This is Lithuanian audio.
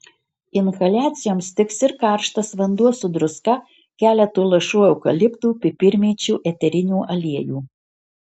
inhaliacijoms tiks ir karštas vanduo su druska keletu lašų eukaliptų pipirmėčių eterinių aliejų